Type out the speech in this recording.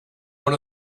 one